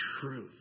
truth